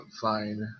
fine